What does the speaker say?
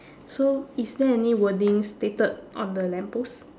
so is there any wordings stated on the lamppost